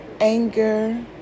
anger